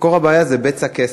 מקור הבעיה זה בצע כסף,